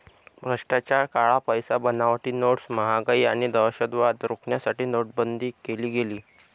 भ्रष्टाचार, काळा पैसा, बनावटी नोट्स, महागाई आणि दहशतवाद रोखण्यासाठी नोटाबंदी केली गेली